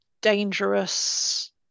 dangerous